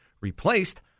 replaced